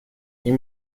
این